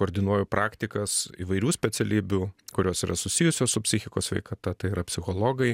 koordinuoju praktikas įvairių specialybių kurios yra susijusios su psichikos sveikata tai yra psichologai